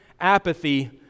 apathy